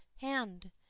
hand